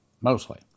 mostly